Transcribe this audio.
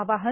आवाहन